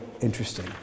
interesting